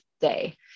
day